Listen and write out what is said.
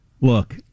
Look